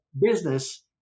business